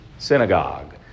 Synagogue